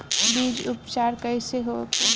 बीज उपचार कइसे होखे?